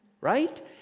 right